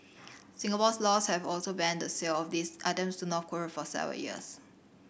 Singapore's laws have also banned the sale of these items to North Korea for several years